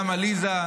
גם עליזה,